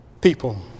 people